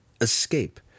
escape